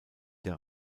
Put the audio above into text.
der